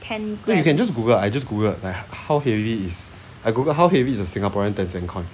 you can just google I just google like how heavy is a I google how heavy is a singaporean ten cent coin